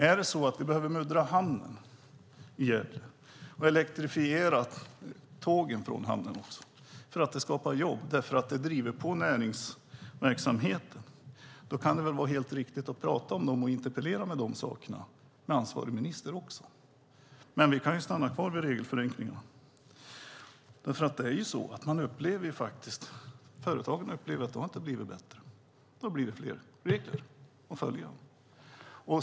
Är det så att vi behöver muddra hamnen i Gävle och elektrifiera tågen från hamnen, för att det skapar jobb och driver på näringsverksamheten? I så fall kan det väl vara helt riktigt att interpellera ansvarig minister om dessa saker. Vi kan dock stanna kvar vid regelförenklingarna. Det är nämligen så att företagen upplever att det inte har blivit bättre. Det har blivit fler regler att följa.